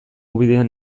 ubidean